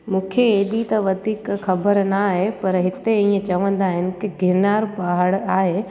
मूंखे हेॾी त वधीक ख़बर ना आहे पर हिते हीअं चवंदा आहिनि की गिरनार पहाड़ आहे